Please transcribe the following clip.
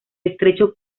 estrecho